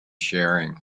sharing